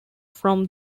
from